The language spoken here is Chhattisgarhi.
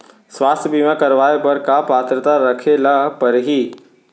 स्वास्थ्य बीमा करवाय बर का पात्रता रखे ल परही?